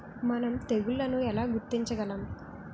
మనం తెగుళ్లను ఎలా గుర్తించగలం?